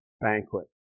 banquet